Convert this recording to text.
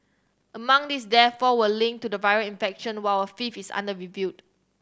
among these death four were linked to the viral infection while a fifth is under reviewed